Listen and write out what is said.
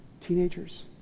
teenagers